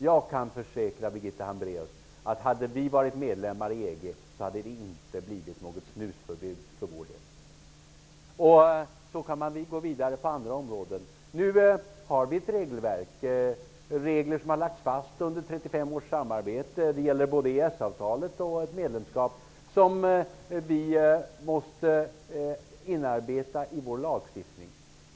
Jag kan försäkra Birgitta Hambraeus att hade vi varit medlemmar i EG hade det inte blivit något snusförbud för vår del. Så kan man gå vidare på andra områden. Nu finns det ett regelverk med regler som har lagts fast under 35 års samarbete -- det gäller både EES avtalet och ett medlemskap -- som vi måste inarbeta i vår lagstiftning.